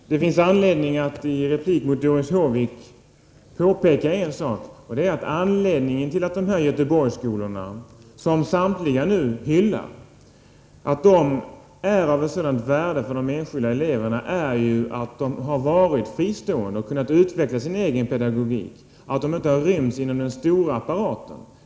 Fru talman! Det finns anledning att i denna replik till Doris Håvik påpeka en sak, nämligen att anledningen till att de nämnda Göteborgsskolorna—som nu samtliga hyllas — är av ett sådant värde för de enskilda eleverna, är att de varit fristående och kunnat utveckla sin egen pedagogik, att de inte har rymts inom den stora apparaten.